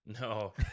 no